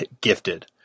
gifted